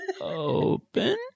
Open